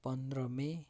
पन्ध्र मई